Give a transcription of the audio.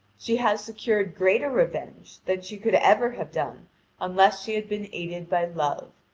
she has secured greater revenge than she could ever have done unless she had been aided by love,